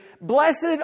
blessed